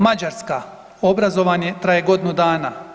Mađarska obrazovanje traje godinu dana.